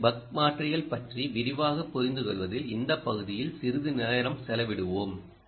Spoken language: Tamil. எனவே பக் மாற்றிகள் பற்றி விரிவாகப் புரிந்துகொள்வதில் இந்த பகுதியில் சிறிது நேரம் செலவிடுவோம்